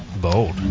Bold